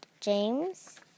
James